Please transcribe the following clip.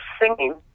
singing